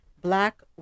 black